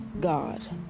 God